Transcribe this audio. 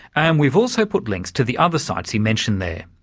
and we've also put links to the other sites he mentioned there.